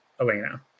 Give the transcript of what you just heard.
Elena